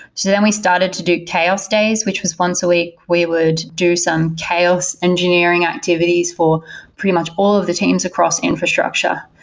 so then we started to do chaos days, which was once a week. we would do some chaos engineering activities for pretty much all of the teams across the infrastructure.